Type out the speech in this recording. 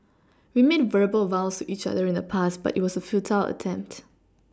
we made verbal vows to each other in the past but it was a futile attempt